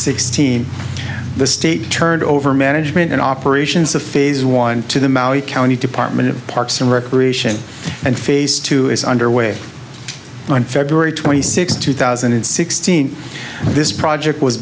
sixteen the state turned over management and operations of phase one to the maui county department of parks and recreation and phase two is underway on february twenty sixth two thousand and sixteen and this project was